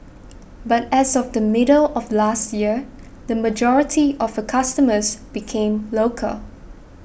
but as of the middle of last year the majority of her customers became local